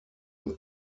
und